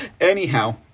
Anyhow